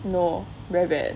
no very bad